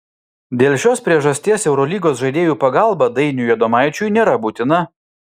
dėl šios priežasties eurolygos žaidėjų pagalba dainiui adomaičiui nėra būtina